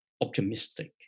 optimistic